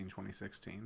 2016